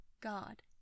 God